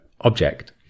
object